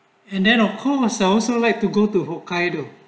and then uh call ourselves and I like to go to hokkaido